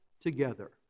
together